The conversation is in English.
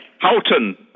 Houghton